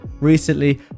recently